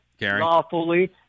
Lawfully